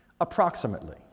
approximately